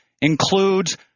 includes